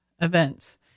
events